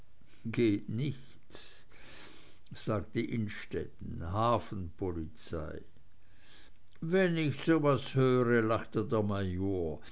geht nicht sagte innstetten hafenpolizei wenn ich so was höre lachte der